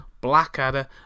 Blackadder